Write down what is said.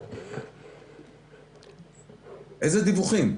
אילו דיווחים?